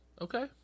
Okay